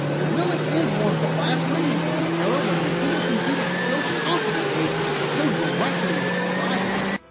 it really is one of the last remnants of an era when nintendo competed so confidently and so directly with its rivals.